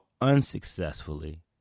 unsuccessfully